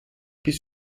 bis